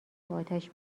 اتش